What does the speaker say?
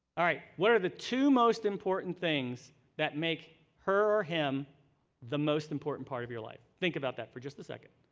ah what are the two most important things that make her or him the most important part of your life? think about that for just a second.